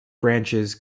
branches